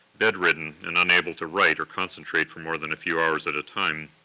bedridden, and unable to write or concentrate for more than a few hours at a time,